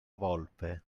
volpe